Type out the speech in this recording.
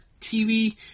TV